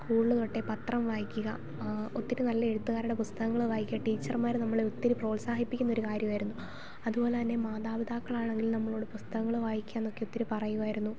school തൊട്ടെ പത്രം വായിക്കുക ഒത്തിരി നല്ല എഴുത്തുകാരുടെ പുസ്തകങ്ങൾ വായിക്കുക ടീച്ചർമാർ നമ്മളെ ഒത്തിരി പ്രോത്സാഹിപ്പിക്കുന്ന ഒരു കാര്യമായിരുന്നു അതുപോലെ തന്നെ മാതാപിതാക്കൾ ആണെങ്കിൽ നമ്മളോട് പുസ്തകങ്ങൾ വായിക്കാന്നൊക്കെ ഒത്തിരി പറയുവായിരുന്നു